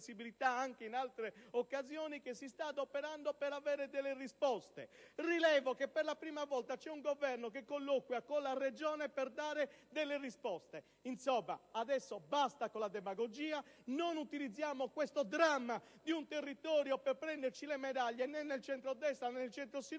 anche in altre occasioni) si sta adoperando per ottenere risposte. Rilevo che, per la prima volta, il Governo colloquia con la Regione per fornire risposte. Adesso basta con la demagogia: non utilizziamo il dramma di un territorio per prendere medaglie né nel centrodestra né nel centrosinistra.